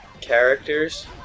characters